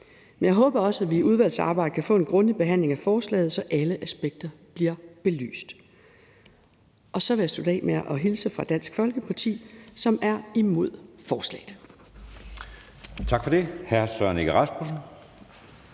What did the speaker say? Jeg håber også, at vi i udvalgsarbejdet kan få en grundig behandling af forslaget, så alle aspekter bliver belyst. Og så vil jeg slutte af med at hilse fra Dansk Folkeparti, som er imod forslaget.